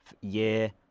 year